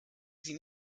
sie